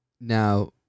Now